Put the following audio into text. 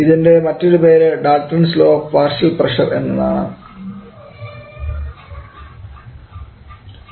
ഇതിൻറെ മറ്റൊരു പേര് Dalton's law of partial pressure എന്നതാണ് Dalton's law of partial pressure